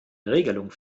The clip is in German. regelung